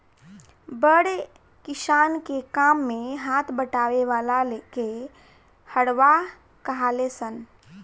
बड़ किसान के काम मे हाथ बटावे वाला के हरवाह कहाले सन